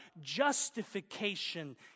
justification